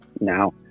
now